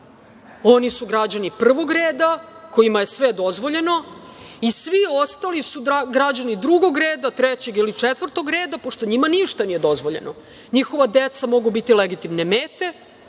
Oni su građani prvog reda, kojima je sve dozvoljeno, a svi ostali su građani drugog reda, trećeg ili četvrtog reda, pošto njima ništa nije dozvoljeno. Njihova deca mogu biti legitimne mete,